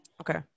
okay